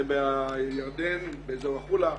ומהירדן באזור החולה,